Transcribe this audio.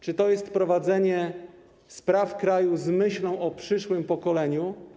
Czy to jest prowadzenie spraw kraju z myślą o przyszłym pokoleniu?